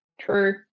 True